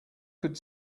could